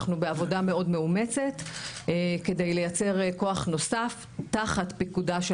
אנחנו בעבודה מאוד מאומצת כדי לייצר כוח נוסף תחת פיקודה של